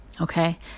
Okay